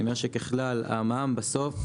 אני אומר שככלל המע"מ בסוף,